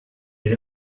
and